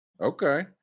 Okay